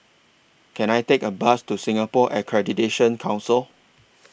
Can I Take A Bus to Singapore Accreditation Council